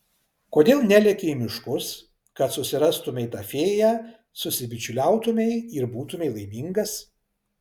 kodėl neleki į miškus kad susirastumei tą fėją susibičiuliautumei ir būtumei laimingas